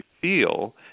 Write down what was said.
feel